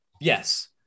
Yes